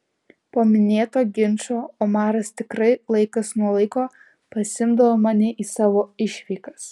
po minėto ginčo omaras tikrai laikas nuo laiko pasiimdavo mane į savo išvykas